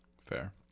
Fair